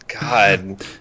God